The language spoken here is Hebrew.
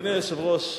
אדוני היושב-ראש,